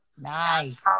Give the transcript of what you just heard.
Nice